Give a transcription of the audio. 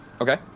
Okay